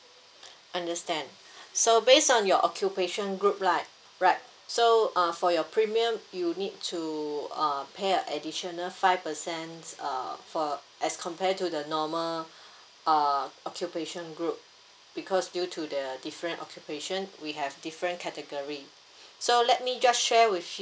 understand so based on your occupation group right right so uh for your premium you need to uh pay a additional five percent uh for as compare to the normal uh occupation group because due to the different occupation we have different category so let me just share with